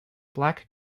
black